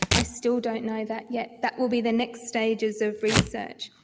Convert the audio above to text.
i still don't know that yet. that will be the next stages of research.